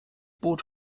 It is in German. boot